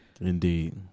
indeed